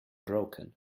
broken